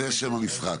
כי זה שם המשחק.